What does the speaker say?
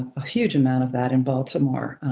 ah huge amount of that in baltimore.